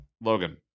Logan